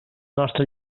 nostra